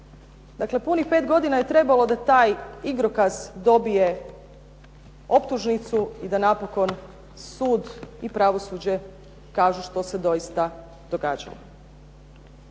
Dakle, punih pet godina je trebalo da taj igrokaz dobije optužnicu i da napokon sud i pravosuđe kažu što se doista događalo.